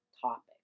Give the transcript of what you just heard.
topic